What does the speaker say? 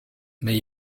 mais